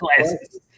glasses